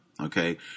okay